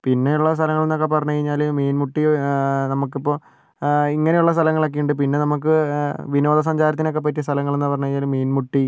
പിന്നെയുള്ള സ്ഥലങ്ങളെന്നൊക്കെ പറഞ്ഞുകഴിഞ്ഞാൽ മീൻമുട്ടിയോ നമുക്കിപ്പോൾ ഇങ്ങനെയുള്ള സ്ഥലങ്ങളൊക്കെയുണ്ട് പിന്നെ നമുക്ക് വിനോദസഞ്ചാരത്തിനൊക്കെ പറ്റിയ സ്ഥലങ്ങളെന്നൊക്കെ പറഞ്ഞാൽ മീൻമുട്ടി